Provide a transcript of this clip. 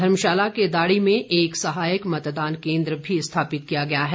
धर्मशाला के दाड़ी में एक सहायक मतदान केन्द्र भी स्थापित किया गया है